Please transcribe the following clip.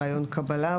ריאיון קבלה,